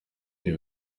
ibi